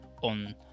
on